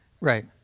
Right